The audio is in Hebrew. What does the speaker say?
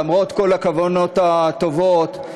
למרות כל הכוונות הטובות,